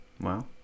Wow